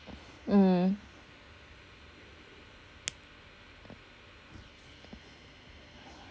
mm